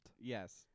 Yes